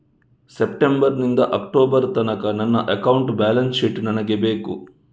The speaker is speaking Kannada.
ಸೆಪ್ಟೆಂಬರ್ ನಿಂದ ಅಕ್ಟೋಬರ್ ತನಕ ನನ್ನ ಅಕೌಂಟ್ ಬ್ಯಾಲೆನ್ಸ್ ಶೀಟ್ ನನಗೆ ಬೇಕು